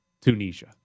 Tunisia